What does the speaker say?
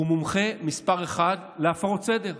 הוא מומחה מספר אחת להפרות סדר.